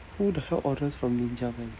who the hell orders from ninja van